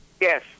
Yes